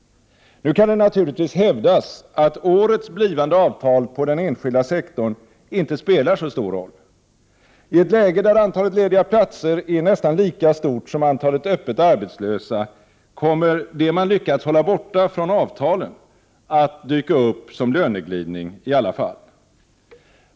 Nu kan det naturligtvis hävdas att årets blivande avtal på den enskilda sektorn inte spelar så stor roll. I ett läge där antalet lediga platser är nästan lika stort som antalet öppet arbetslösa kommer det man lyckats hålla borta från avtalen att dyka upp som löneglidning i alla fall.